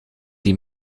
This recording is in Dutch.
die